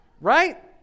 Right